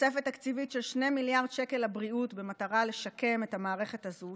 תוספת תקציבית של 2 מיליארד שקל לבריאות במטרה לשקם את המערכת הזו,